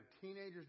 teenagers